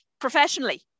professionally